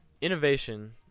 Innovation